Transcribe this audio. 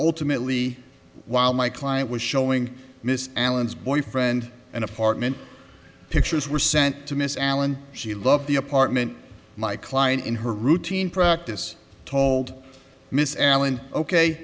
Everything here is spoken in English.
ultimately while my client was showing miss allen's boyfriend and apartment pictures were sent to miss allen she loved the apartment my client in her routine practice told miss allen ok